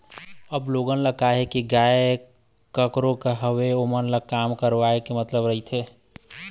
अब लोगन ल काय हे गा कखरो करा होवय ओमन ल काम करवाय ले मतलब रहिथे